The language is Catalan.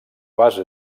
base